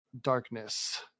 darkness